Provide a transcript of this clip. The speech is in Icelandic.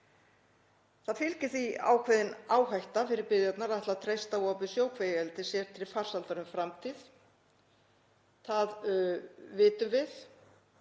Það fylgir því ákveðin áhætta fyrir byggðirnar að ætla að treysta á opið sjókvíaeldi sér til farsældar um framtíð. Það vitum við.